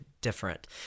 different